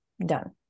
done